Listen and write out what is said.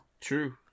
True